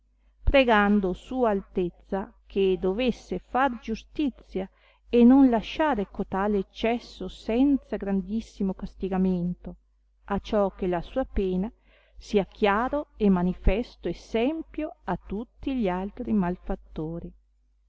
pregando sua altezza che dovesse far giustizia e non lasciare cotale eccesso senza grandissimo castigamento a ciò che la sua pena sia chiaro e manifesto essempio a tutti gli altri malfattori